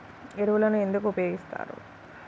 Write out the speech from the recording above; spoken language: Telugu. ఎరువులను ఎందుకు ఉపయోగిస్తారు?